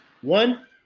One